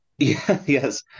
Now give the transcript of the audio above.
Yes